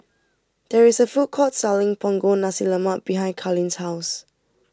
there is a food court selling Punggol Nasi Lemak behind Carleen's house